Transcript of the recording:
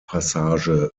passage